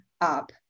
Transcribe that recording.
up